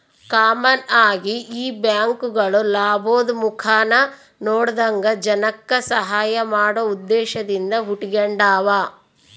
common ಆಗಿ ಈ ಬ್ಯಾಂಕ್ಗುಳು ಲಾಭುದ್ ಮುಖಾನ ನೋಡದಂಗ ಜನಕ್ಕ ಸಹಾಐ ಮಾಡೋ ಉದ್ದೇಶದಿಂದ ಹುಟಿಗೆಂಡಾವ